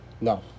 No